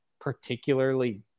particularly